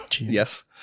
yes